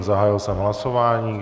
Zahájil jsem hlasování.